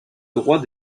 droit